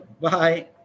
Bye